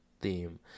theme